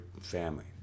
family